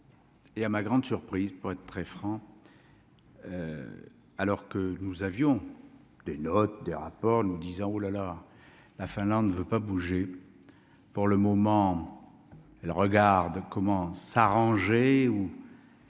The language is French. Et à ma grande surprise, pour être très franc, alors que nous avions des notes des rapports nous disant hou la la la Finlande ne veut pas bouger pour le moment, elle regarde comment s'arranger